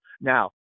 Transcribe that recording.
Now